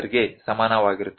ಗೆ ಸಮಾನವಾಗಿರುತ್ತದೆ